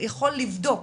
יכול לבדוק